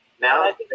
now